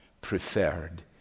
preferred